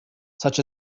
such